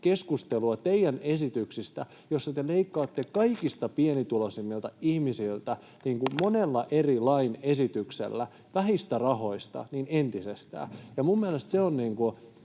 keskustelua teidän esityksistänne, joissa te leikkaatte kaikista pienituloisimmilta ihmisiltä monella eri lakiesityksellä vähistä rahoista entisestään. Minun mielestäni se on